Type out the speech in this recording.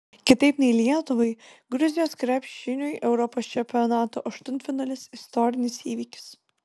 kitaip nei lietuvai gruzijos krepšiniui europos čempionato aštuntfinalis istorinis įvykis